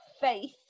faith